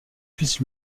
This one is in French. puisse